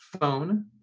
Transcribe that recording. phone